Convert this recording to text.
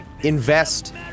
invest